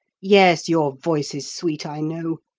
yes, your voice is sweet, i know.